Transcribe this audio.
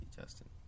Justin